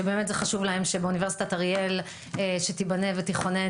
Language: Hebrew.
שבאמת זה חשוב להם שבאוניברסיטת אריאל שתיבנה ותכונן,